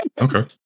okay